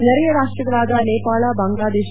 ನೆರೆಯ ರಾಷ್ಟಗಳಾದ ನೇಪಾಳ ಬಾಂಗ್ಲಾದೇಶ